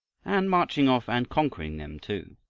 and marching off and conquering them too.